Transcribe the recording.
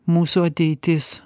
mūsų ateitis